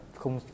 không